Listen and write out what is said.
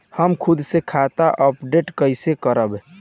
हम खुद से खाता अपडेट कइसे करब?